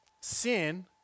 Sin